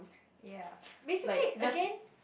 ya basically again